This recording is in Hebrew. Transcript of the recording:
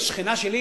השכנה שלי?